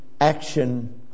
action